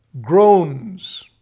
groans